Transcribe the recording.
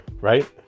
right